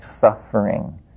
suffering